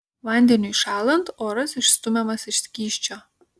vandeniui šąlant oras išstumiamas iš skysčio